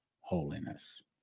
holiness